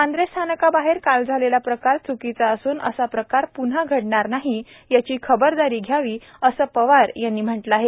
वांद्रे स्थानकाबाहेर काल झालेला प्रकार च्कीचा असून असा प्रकार न्हा घडणार नाही याची खबरदारी घ्यावी असं वार यांनी म्हटलं आहे